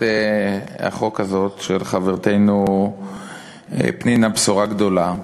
החוק הזאת של חברתנו פנינה בשורה גדולה.